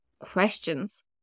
Questions